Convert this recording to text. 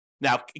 Now